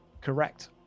Correct